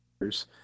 years